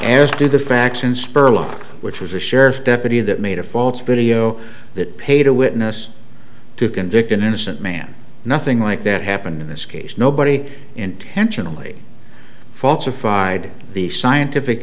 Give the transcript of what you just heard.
as to the fraction spurlock which was a sheriff's deputy that made a false video that paid a witness to convict an innocent man nothing like that happened in this case nobody intentionally falsified the scientific